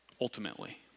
ultimately